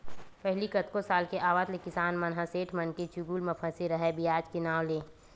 पहिली कतको साल के आवत ले किसान मन ह सेठ मनके चुगुल म फसे राहय बियाज के नांव ले